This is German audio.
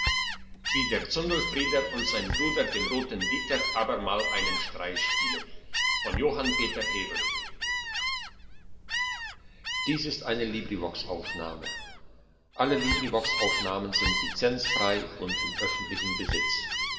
der zundelfrieder und sein bruder dem roten dieter abermal einen streich spielen als der zundelheiner und der